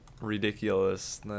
ridiculous